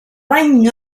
bany